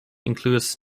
includes